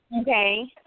okay